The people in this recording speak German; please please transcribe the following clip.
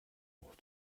auch